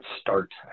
start